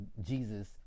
Jesus